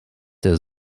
der